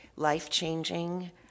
Life-changing